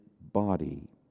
body